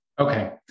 Okay